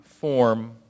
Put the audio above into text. form